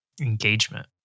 engagement